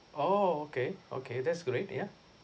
oh okay okay that's great yeah